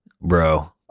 bro